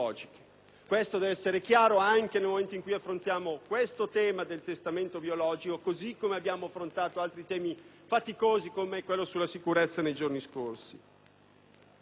Questo deve essere chiaro anche nel momento in cui affrontiamo il tema del testamento biologico, così come quando abbiamo affrontato altri temi "faticosi", come quello della sicurezza, nei giorni scorsi.